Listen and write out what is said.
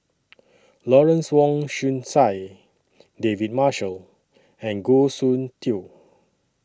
Lawrence Wong Shyun Tsai David Marshall and Goh Soon Tioe